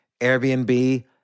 Airbnb